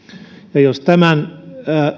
ja jos tämän